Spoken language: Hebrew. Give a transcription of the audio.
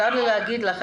צר לי להגיד לך,